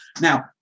Now